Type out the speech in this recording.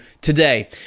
today